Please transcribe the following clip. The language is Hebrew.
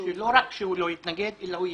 שלא רק שהוא לא יתנגד אלא הוא יתמוך.